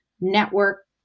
network